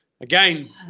again